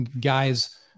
guys